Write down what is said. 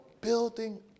building